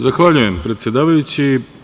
Zahvaljujem, predsedavajući.